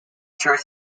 church